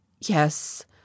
yes